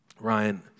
Ryan